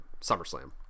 SummerSlam